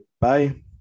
Bye